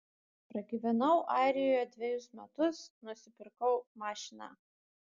pragyvenau airijoje dvejus metus nusipirkau mašiną